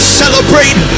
celebrate